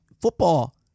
football